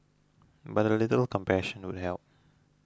but a little compassion would help